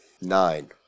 Nine